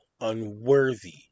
unworthy